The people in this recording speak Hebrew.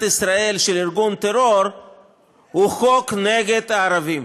ישראל של ארגון טרור הוא חוק נגד הערבים.